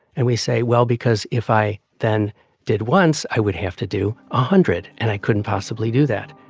and we say, well, because if i then did once, i would have to do a hundred, and i couldn't possibly do that.